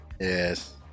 yes